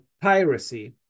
piracy